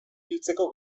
hiltzeko